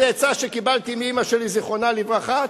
זו עצה שקיבלתי מאמא שלי זיכרונה לברכה,